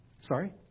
Sorry